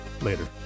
Later